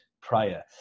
prior